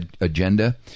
agenda